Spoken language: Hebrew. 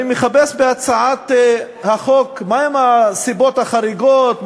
אני מחפש בהצעת החוק מה הן הסיבות החריגות,